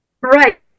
Right